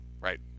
right